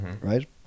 right